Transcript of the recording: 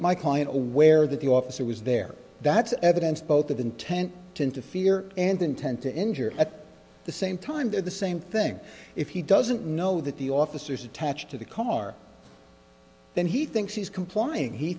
my client aware that the officer was there that's evidence both of intent to interfere and intent to injure at the same time there the same thing if he doesn't know that the officers attached to the car then he thinks he's complying he